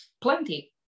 plenty